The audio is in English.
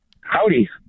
Howdy